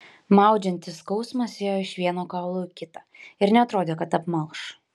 maudžiantis skausmas ėjo iš vieno kaulo į kitą ir neatrodė kad apmalš